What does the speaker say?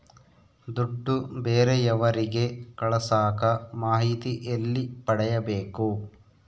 ದುಡ್ಡು ಬೇರೆಯವರಿಗೆ ಕಳಸಾಕ ಮಾಹಿತಿ ಎಲ್ಲಿ ಪಡೆಯಬೇಕು?